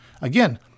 Again